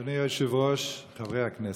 אדוני היושב-ראש, חברי הכנסת,